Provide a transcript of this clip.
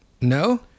No